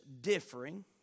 differing